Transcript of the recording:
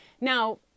Now